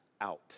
out